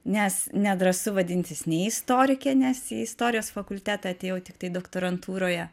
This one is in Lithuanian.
nes nedrąsu vadintis nei istorike nes į istorijos fakultetą atėjau tiktai doktorantūroje